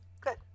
Good